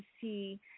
see